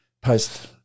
post